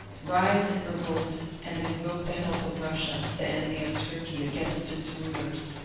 rise in revolt, and invoke the help of russia, the enemy of turkey, against its rulers.